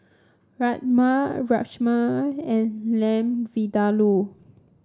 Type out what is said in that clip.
Rajma Rajma and Lamb Vindaloo